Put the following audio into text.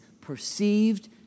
perceived